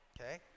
okay